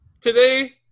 today